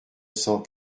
cent